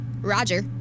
Roger